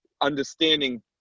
understanding